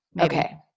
Okay